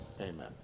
Amen